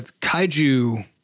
Kaiju